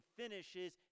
finishes